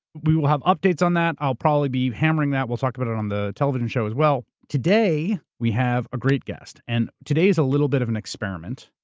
we will have updates on that. i'll probably be hammering that. we'll talk about it on the television show as well. today, we have a great guest. and today's a little bit of an experiment.